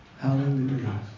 Hallelujah